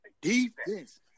defense